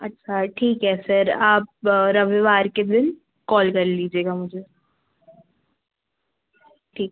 अच्छा ठीक है फिर आप रविवार के दिन कॉल कर लीजिएगा मुझे ठीक